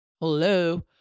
Hello